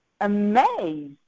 amazed